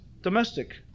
domestic